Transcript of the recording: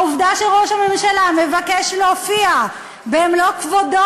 העובדה שראש הממשלה מבקש להופיע במלוא כבודו